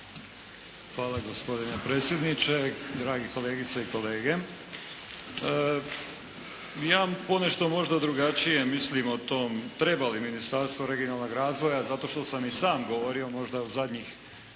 Hvala gospodine predsjedniče. Dragi kolegice i kolege ja ponešto možda drugačije mislim o tom treba li Ministarstvo regionalnog razvoja zato što sam i sam govorio možda u zadnjih